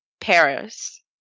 Paris